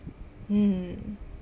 mm